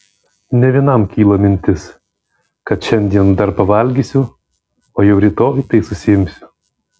ne vienam kyla mintis kad šiandien dar pavalgysiu o jau rytoj tai susiimsiu